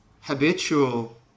habitual